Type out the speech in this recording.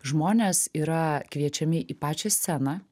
žmonės yra kviečiami į pačią sceną